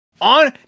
on